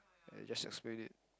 just explain it